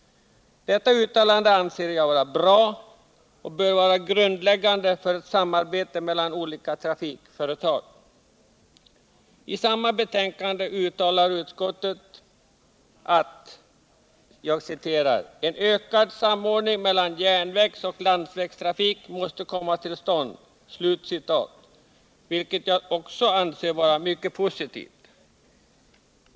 Det uttalandet anser jag vara bra, och det bör vara grundläggande för ett samarbete mellan olika trafikföretag. I samma betänkande uttalar utskottet att en ökad samordning mellan järnvägsoch landsvägstrafik måste komma till stånd, vilket jag också anser vara mycket positivt.